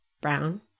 Brown